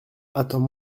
attends